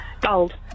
Gold